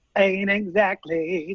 ain't exactly